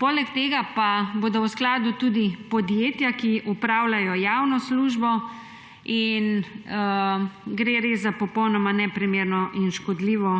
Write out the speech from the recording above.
Poleg tega pa bodo v skladu tudi podjetja, ki opravljajo javno službo. Gre res za popolnoma neprimerno in škodljivo